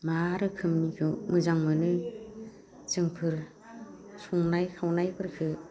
मा रोखोमनिखौ मोजां मोनो जोंफोर संनाय खावनायफोरखो